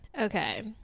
Okay